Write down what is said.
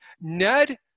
Ned